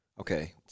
Okay